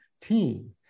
team